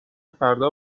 فردا